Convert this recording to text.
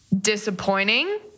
disappointing